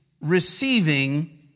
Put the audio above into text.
receiving